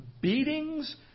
beatings